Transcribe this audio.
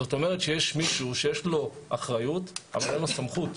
זאת אומרת שיש מישהו שיש לו אחריות אבל אין לו סמכות.